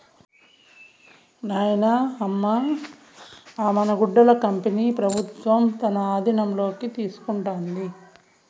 నాయనా, అమ్మ అ మన గుడ్డల కంపెనీ పెబుత్వం తన ఆధీనంలోకి తీసుకుంటాండాది